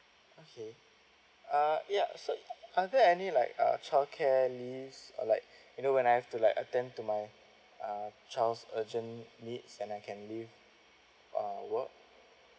okay uh ya so are there any like uh child care leaves like you know when I have to like attend to my uh child's urgent needs and I can leave uh work